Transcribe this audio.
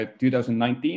2019